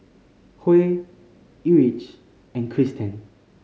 Huey Erich and Cristen